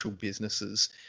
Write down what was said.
businesses